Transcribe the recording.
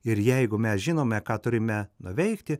ir jeigu mes žinome ką turime nuveikti